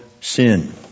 sin